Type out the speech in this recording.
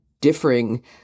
differing